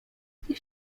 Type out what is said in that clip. tych